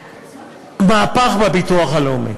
מהפך בביטוח הלאומי,